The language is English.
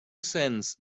sense